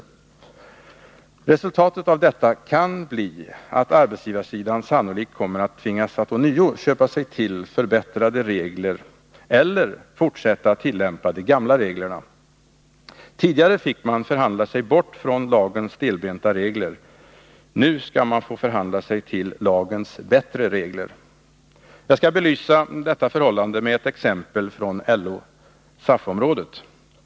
Det sannolika resultatet av detta blir att arbetsgivarsidan tvingas att ånyo köpa sig till förbättrade regler eller fortsätta att tillämpa de gamla reglerna. Tidigare fick man förhandla sig bort från lagens stelbenta regler, nu skulle man få förhandla sig till lagens bättre regler. Jag skall belysa detta förhållande med ett exempel från LO/SAF-området.